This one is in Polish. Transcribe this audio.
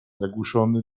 zgłuszony